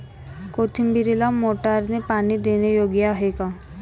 कोथिंबीरीला मोटारने पाणी देणे योग्य आहे का?